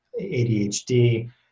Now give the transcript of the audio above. ADHD